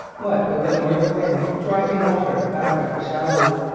what with the north wind driving water back up the shallows,